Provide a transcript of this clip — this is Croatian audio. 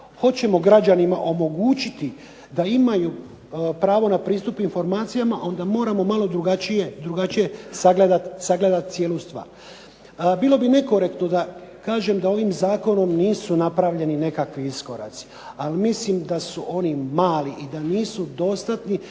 hoćemo građanima omogućiti da imaju pravo na pristup informacijama onda moramo malo drugačije sagledati cijelu stvar. Bilo bi nekorektno da kažem da ovim zakonom nisu napravljeni neki iskoraci, ali mislim da su oni mali i da nisu dostatni